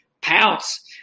pounce